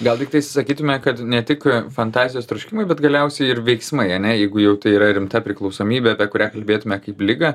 gal tiktai sakytume kad ne tik fantazijos troškimai bet galiausiai ir veiksmai ane jeigu jau tai yra rimta priklausomybė apie kurią kalbėtume kaip ligą